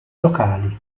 locali